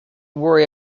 worry